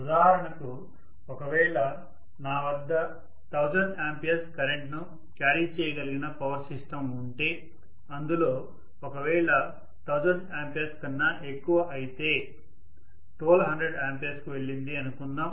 ఉదాహరణకు ఒకవేళ నా వద్ద 1000 A కరెంట్ను క్యారీ చేయగలిగిన పవర్ సిస్టం ఉంటే అందులో ఒకవేళ కరెంట్ 1000A కన్నా ఎక్కువ అయితే 1200A కు వెళ్ళింది అనుకుందాం